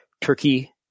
Turkey